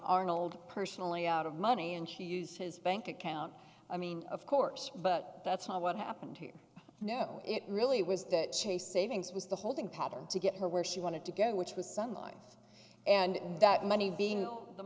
arnold personally out of money and she used his bank account i mean of course but that's not what happened here no it really was that chase savings was the holding pattern to get her where she wanted to go which was some life and that money